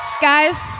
Guys